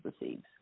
receives